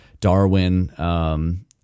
Darwin